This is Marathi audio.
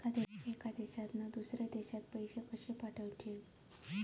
एका देशातून दुसऱ्या देशात पैसे कशे पाठवचे?